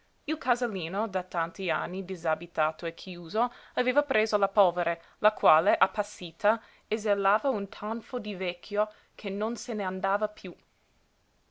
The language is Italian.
pezzettini il casalino da tanti anni disabitato e chiuso aveva preso la polvere la quale appassita esalava un tanfo di vecchio che non se n'andava piú